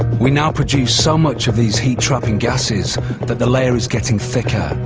we now produce so much of these heat trapping gasses that the layer is getting thicker,